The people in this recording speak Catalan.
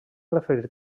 referir